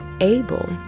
Abel